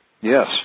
Yes